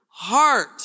heart